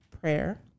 Prayer